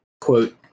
quote